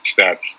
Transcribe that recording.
stats